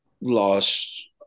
lost